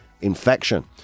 infection